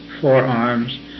forearms